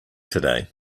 today